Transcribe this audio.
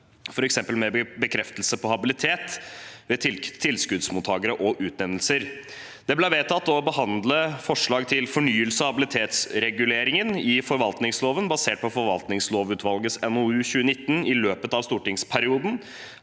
en bekreftelse på habilitet ved tilskuddsmottakere og utnevnelser. Det ble vedtatt å behandle forslag til fornyelse av habilitetsreguleringen i forvaltningsloven, basert på forvaltningslovutvalgets NOU fra 2019, i løpet av stortingsperioden,